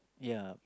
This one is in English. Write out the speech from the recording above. ya